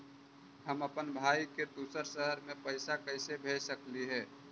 हम अप्पन भाई के दूसर शहर में पैसा कैसे भेज सकली हे?